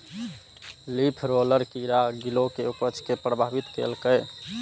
leaf roller कीड़ा गिलोय के उपज कें प्रभावित केलकैए